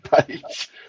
page